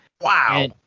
Wow